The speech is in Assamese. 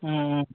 ওম ওম